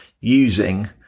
using